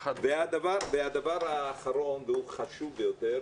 הדבר האחרון והוא חשוב ביותר,